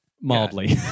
mildly